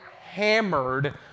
hammered